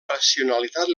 racionalitat